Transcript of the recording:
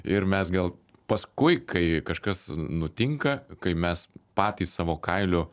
ir mes gal paskui kai kažkas nutinka kai mes patys savo kailiu